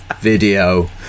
video